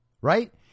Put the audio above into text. right